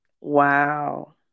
Wow